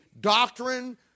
doctrine